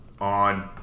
on